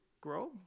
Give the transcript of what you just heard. grow